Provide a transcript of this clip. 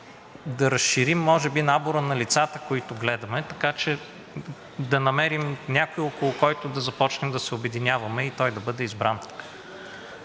да разширим може би набора на лицата, които гледаме, така че да намерим някого, около когото да започнем да се обединяваме и той да бъде избран.